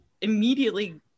immediately